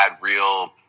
real